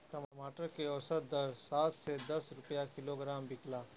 टमाटर के औसत दर सात से दस रुपया किलोग्राम बिकला?